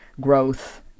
growth